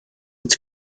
its